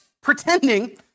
pretending